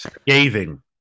Scathing